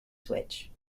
switch